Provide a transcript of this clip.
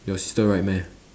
your sister ride meh